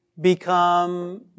become